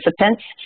participants